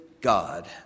God